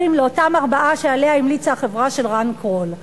לאותם ארבעה שעליהם המליצה החברה של רן קרול.